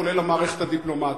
כולל המערכת הדיפלומטית.